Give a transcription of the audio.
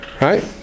Right